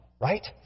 Right